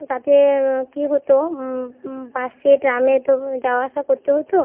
তাতে কি হতো বাসে ট্রামে তো যাওয়া আসা করতে হতো